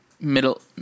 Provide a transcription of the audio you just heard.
middle